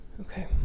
Okay